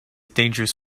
dangerous